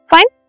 Fine